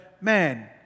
Man